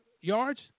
yards